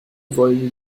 wollen